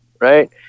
right